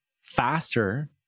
faster